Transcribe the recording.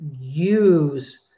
use